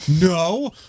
No